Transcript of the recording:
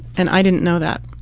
and i didn't know that.